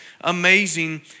amazing